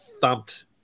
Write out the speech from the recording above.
thumped